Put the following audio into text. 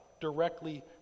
directly